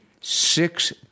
Six